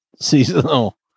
seasonal